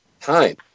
time